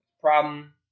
problem